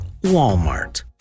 Walmart